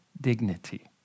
Dignity